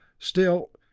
still,